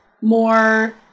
more